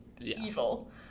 evil